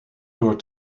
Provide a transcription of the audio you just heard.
door